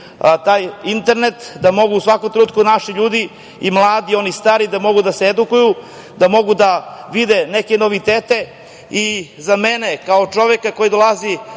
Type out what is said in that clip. taj internet da mogu u svakom trenutku naši ljudi, mladi i oni stari, da mogu da se edukuju, da mogu da vide neke novitete i za mene kao čoveka koji dolazi